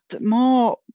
more